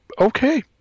okay